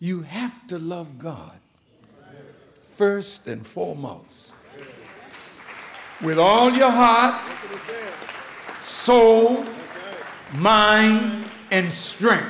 you have to love god first and foremost with all your hot so mind and strength